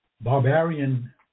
barbarian